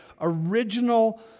original